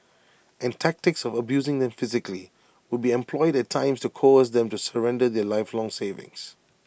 and tactics of abusing them physically would be employed at times to coerce them to surrender their lifelong savings